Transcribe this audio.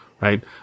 right